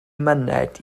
myned